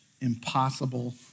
impossible